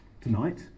tonight